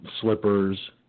slippers